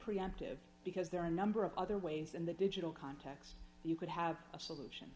preemptive because there are a number of other ways in the digital context you could have a solution